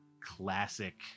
classic